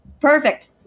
perfect